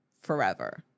forever